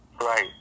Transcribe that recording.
Right